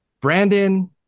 Brandon